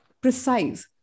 precise